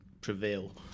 prevail